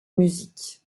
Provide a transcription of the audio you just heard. musique